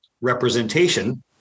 representation